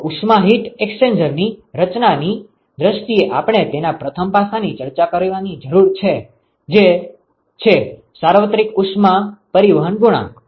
તો ઉષ્મા એક્સ્ચેન્જરની રચનાની દ્રષ્ટિએ આપણે તેના પ્રથમ પાસા ની ચર્ચા કરવાની જરૂર છે જે છે સાર્વત્રિક ઉષ્મા પરિવહન ગુણાંક